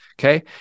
Okay